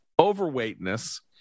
overweightness